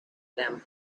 them